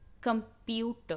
Computer